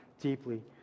deeply